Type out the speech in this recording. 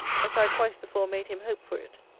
as i had twice before made him hope for it.